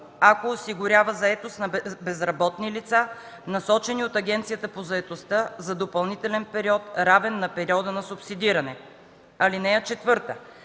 ако осигурява заетост на безработни лица, насочени от Агенцията по заетостта за допълнителен период, равен на периода на субсидиране. (4) На